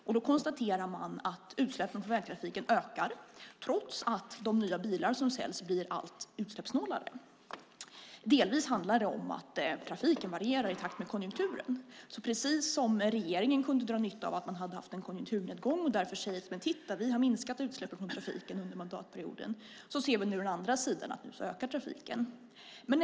Man konstaterar att utsläppen från vägtrafiken ökar trots att de nya bilar som säljs blir allt utsläppssnålare. Det handlar delvis om att trafiken varierar i takt med konjunkturen. Regeringen kunde dra nytta av att det hade varit en konjunkturnedgång och kunde därför säga att man hade minskat utsläppen från trafiken under mandatperioden. Nu ser vi att trafiken ökar.